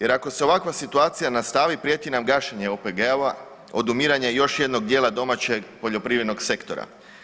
Jer ako se ova situacija nastavi prijeti nam gašenje OPG-ova, odumiranje još jednog dijela domaćeg poljoprivrednog sektora.